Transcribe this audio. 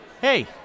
Hey